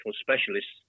specialists